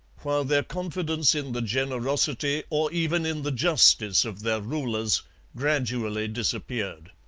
while their confidence in the generosity or even in the justice of their rulers gradually disappeared.